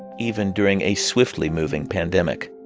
even during a swiftly moving pandemic